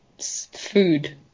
food